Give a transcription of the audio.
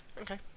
Okay